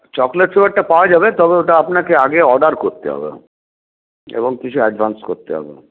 chocolate ফ্লেভারটা পাওয়া যাবে তবে ওটা আপনাকে আগে অর্ডার করতে হবে এবং কিছু অ্যাডভান্স করতে হবে